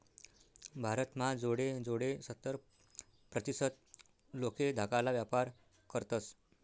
भारत म्हा जोडे जोडे सत्तर प्रतीसत लोके धाकाला व्यापार करतस